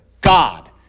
God